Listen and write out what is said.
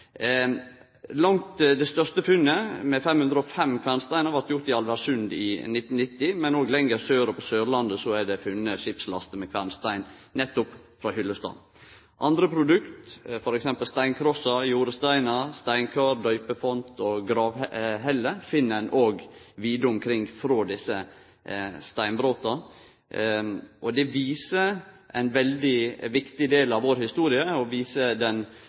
Langt det største funnet, med 505 kvernsteinar, blei gjort i Alversund i 1990. Men òg lenger sør og på Sørlandet er det funne skipslaster med kvernstein nettopp frå Hyllestad. Andre produkt frå desse steinbrota, f.eks. steinkrossar, ljoresteinar, steinkar, døypefontar og gravheller, finn ein òg vide omkring. Det viser ein veldig viktig del av vår historie og viser den